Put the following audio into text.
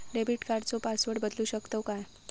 Debit कार्डचो password बदलु शकतव काय?